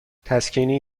تسکینی